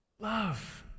Love